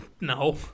No